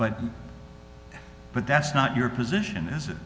but but that's not your position as it